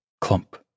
clump